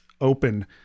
open